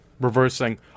reversing